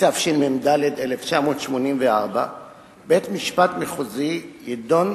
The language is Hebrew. התשע"א 2010, קריאה ראשונה.